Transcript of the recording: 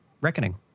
Reckoning